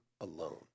alone